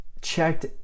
checked